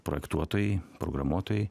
projektuotojai programuotojai